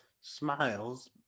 smiles